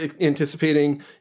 anticipating